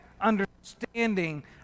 understanding